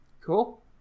Cool